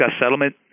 settlement